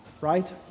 Right